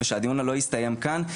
ושהדיון לא יסתיים כאן,